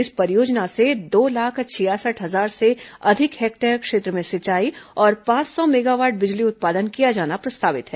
इस परियोजना से दो लाख छियासठ हजार से अधिक हेक्टेयर क्षेत्र में सिंचाई और पांच सौ मेगावाट बिजली उत्पादन किया जाना प्रस्तावित है